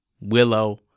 Willow